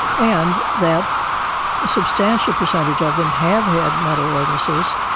and that a substantial percentage of them have had mental illnesses,